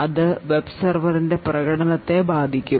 അത് വെബ് സെർവറിന്റെ പ്രകടനത്തെ ബാധിക്കും